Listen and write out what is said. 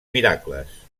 miracles